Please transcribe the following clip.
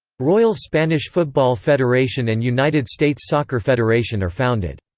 royal spanish football federation and united states soccer federation are founded.